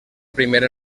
primera